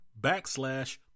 backslash